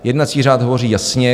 Jednací řád hovoří jasně.